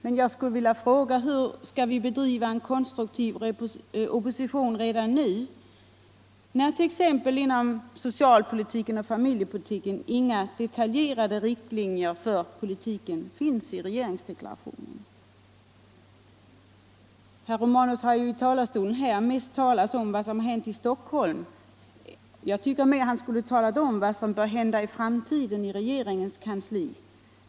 Men jag skulle vilja fråga: Hur skall vi bedriva en konstruktiv opposition redan nu när t.ex. inom socialpolitiken och familjepolitiken inga detaljerade riktlinjer för politiken finns i regeringsdeklarationen? Herr Romanus har i talarstolen här mest talat om vad som hänt i Stockholm. Jag tycker att han mer skulle ha talat om vad som bör hända i framtiden i regeringens kansli.